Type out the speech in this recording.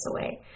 away